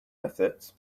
methods